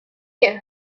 get